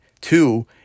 Two